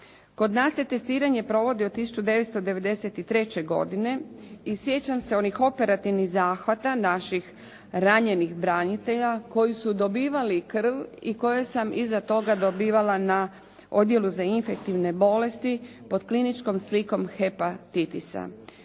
Kod nas se testiranje provodi od 1993. godine i sjećam se onih operativnih zahvata naših ranjenih branitelja koji su dobivali krv i koje sam iza toga dobivala na Odjelu za infektivne bolesti kod kliničkom slikom hepatitisa,